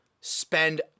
spend